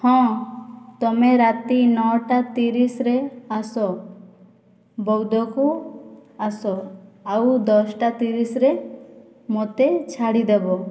ହଁ ତୁମେ ରାତି ନଅଟା ତିରିଶରେ ଆସ ବୌଦକୁ ଆସ ଆଉ ଦଶଟା ତିରିଶରେ ମୋତେ ଛାଡ଼ିଦେବ